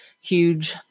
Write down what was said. huge